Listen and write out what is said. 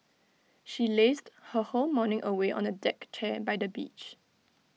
she lazed her whole morning away on A deck chair by the beach